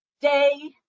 day